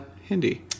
Hindi